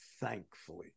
thankfully